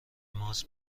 ماست